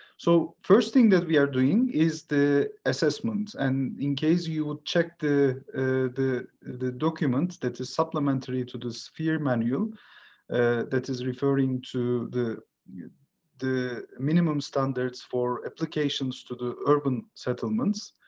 so first thing that we are doing is the assessment, and in case you ah check the the the documents that the supplementary to the sphere manual that is referring to the the minimum standards for applications to the urban settlements,